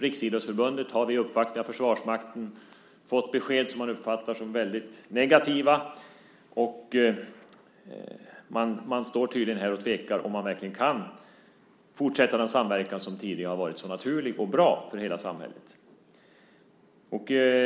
Riksidrottsförbundet har vid uppvaktningar av Försvarsmakten fått besked som man uppfattar som väldigt negativa. Man står och tvekar om man kan fortsätta den samverkan som tidigare har varit så naturlig och bra för hela samhället.